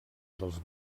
dels